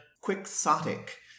quixotic